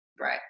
Right